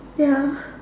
ya